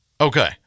Okay